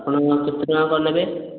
ଆପଣ କେତେ ଟଙ୍କା କ'ଣ ନେବେ